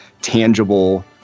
tangible